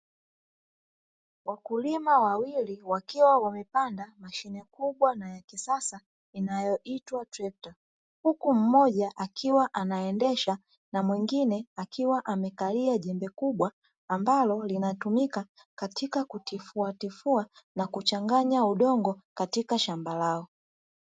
Wakulima wawili wakiwa wamepanda mashine kubwa na ya kisasa, inayoitwa trekta. Huku mmoja akiwa anaendesha na mwingine akiwa amekalia jembe kubwa, ambalo linatumika katika kutifuatifua na kuchanganya udongo katika shamba lao.